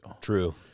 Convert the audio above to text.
True